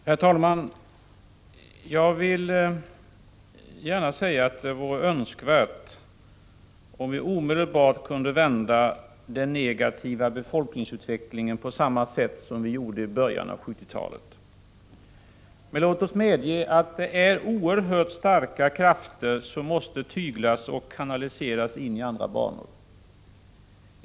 Herr talman! Jag vill gärna säga att det vore önskvärt att vi omedelbart kunde vända den negativa befolkningsutvecklingen på samma sätt som vi gjorde i början av 1970-talet. Men låt oss medge att det är oerhört starka krafter som måste tyglas och kanaliseras in i andra banor.